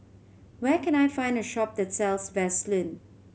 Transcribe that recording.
where can I find a shop that sells Vaselin